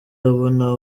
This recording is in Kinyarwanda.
abona